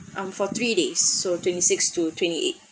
um for three days so twenty six to twenty eight